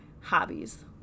hobbies